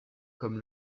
comme